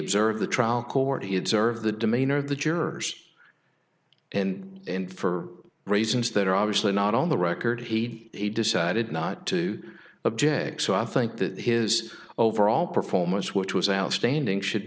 observed the trial court he observed the demeanor of the jurors and and for reasons that are obviously not on the record he decided not to object so i think that his overall performance which was outstanding should